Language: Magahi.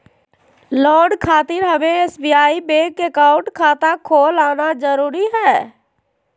लोन खातिर हमें एसबीआई बैंक अकाउंट खाता खोल आना जरूरी है?